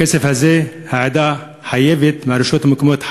את הכסף הזה העדה חייבת לקבל מהרשויות המקומיות,